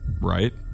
right